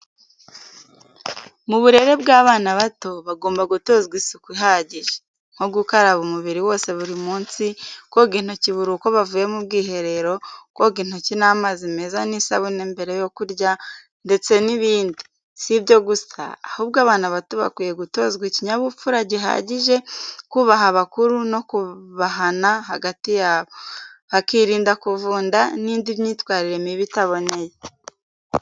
Mu burere bw’abana bato, bagomba gutozwa isuku ihagije, nko gukaraba umubiri wose buri munsi, koga intoki buri uko bavuye mu bwiherero, koga intoki n’amazi meza n’isabune mbere yo kurya, ndetse n’ibindi. Si ibyo gusa, ahubwo abana bato bakwiye gutozwa ikinyabupfura gihagije, kubaha abakuru no kubahana hagati yabo, bakirinda kuvunda n’indi myitwarire mibi itaboneye.